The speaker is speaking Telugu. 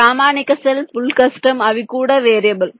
ప్రామాణిక సెల్ ఫుల్ కస్టమ్ అవి కూడా వేరియబుల్